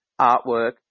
artwork